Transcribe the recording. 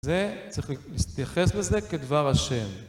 זה, צריך להתייחס לזה כדבר אשם.